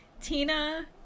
Tina